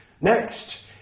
Next